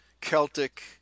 Celtic